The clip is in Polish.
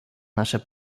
nasze